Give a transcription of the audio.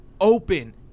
open